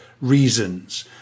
reasons